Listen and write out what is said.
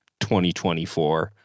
2024